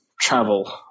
travel